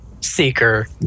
Seeker